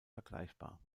vergleichbar